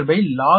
0121log 3